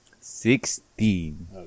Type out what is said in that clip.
Sixteen